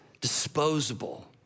disposable